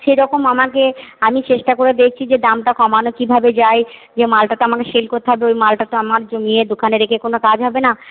সেরকম আমাকে আমি চেষ্টা করে দেখছি যে দামটা কমানো কিভাবে যায় যে মালটা তো আমাকে সেল করতে হবে ওই মালটা তো আমার জমিয়ে দোকানে রেখে কোন কাজ হবে না